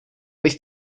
bych